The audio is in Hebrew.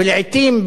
ולעתים,